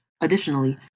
Additionally